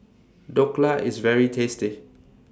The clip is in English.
Dhokla IS very tasty